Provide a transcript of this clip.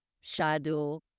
shadow